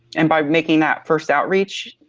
and by making that first outreach,